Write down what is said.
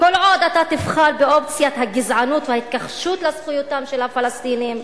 כל עוד אתה תבחר באופציה של הגזענות וההתכחשות לזכויותיהם של הפלסטינים,